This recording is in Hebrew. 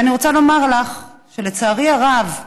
ואני רוצה לומר לך שלצערי הרב,